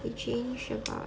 they change the bar